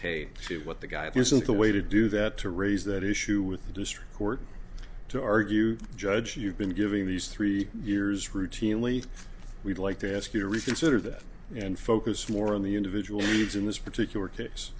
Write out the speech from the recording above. paid to what the guy isn't the way to do that to raise that issue with the district court to argue judge you've been giving these three years routinely we'd like to ask you to reconsider that and focus more on the individual needs in this particular case